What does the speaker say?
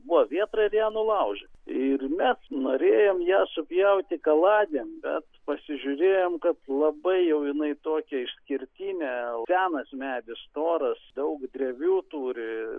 buvo vėtra ir ją nulaužė ir mes norėjom ją supjauti kaladėm bet pasižiūrėjom kad labai jau jinai tokia išskirtinė senas medis storas daug drevių turi